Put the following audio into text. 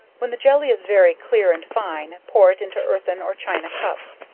when the jelly is very clear and fine, pour it into earthern or china cups,